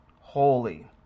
holy